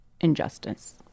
injustice